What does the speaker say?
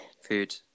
Food